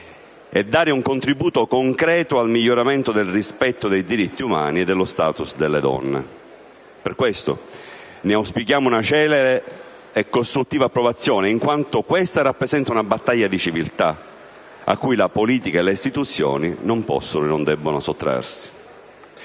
e dare un contributo concreto al miglioramento del rispetto dei diritti umani e dello *status* delle donne. Per questo ne auspichiamo una celere e costruttiva approvazione, in quanto rappresenta una battaglia di civiltà a cui la politica e le istituzioni non possono e non debbono sottrarsi.